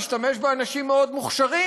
הוא משתמש באנשים מאוד מוכשרים,